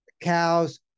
cows